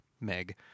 Meg